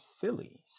Philly